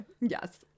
Yes